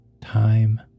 time